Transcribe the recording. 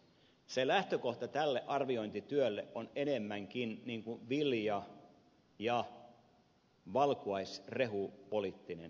se lähtökohta tälle arviointityölle on enemmänkin vilja ja valkuaisrehupoliittinen